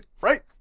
right